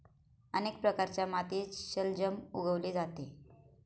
अनेक प्रकारच्या मातीत शलजम उगवले जाते